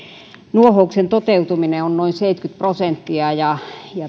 nuohouksen toteutuminen on noin seitsemänkymmentä prosenttia ja